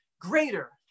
greater